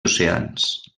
oceans